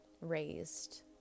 raised